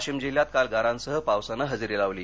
वाशीम जिल्ह्यात काल गारांसह पावसानं हजेरी लावली